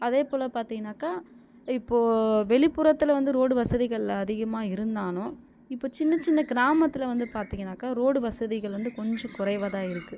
அதே போல பார்த்தீங்கன்னாக்க இப்போது வெளிப்புறத்தில் வந்து ரோடு வசதிகள் அதிகமாக இருந்தாலும் இப்போது சின்னச் சின்ன கிராமத்தில் வந்து பார்த்தீங்கன்னாக்க ரோடு வசதிகள் வந்து கொஞ்சம் குறைவாக தான் இருக்குது